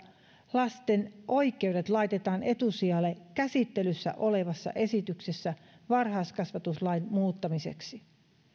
lasten oikeudet laitetaan etusijalle käsittelyssä olevassa esityksessä varhaiskasvatuslain muuttamiseksi